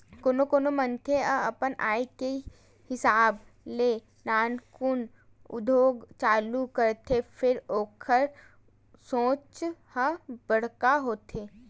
कोनो कोनो मनखे ह अपन आय के हिसाब ले नानमुन उद्यम चालू करथे फेर ओखर सोच ह बड़का होथे